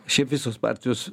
šiaip visos partijos